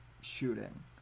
shooting